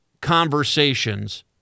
conversations